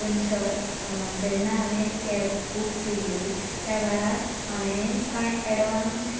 पूण सर जेन्ना हांवें कॅब बूक केल्ली त्या वेळार हांवें कांय अेडवांस